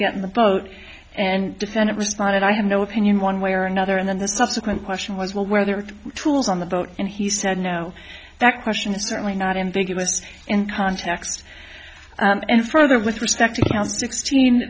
get in the boat and defend it responded i have no opinion one way or another and then the subsequent question was well whether the tools on the boat and he said no that question is certainly not ambiguous in context and further with respect to the sixteen